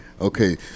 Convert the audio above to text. Okay